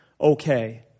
okay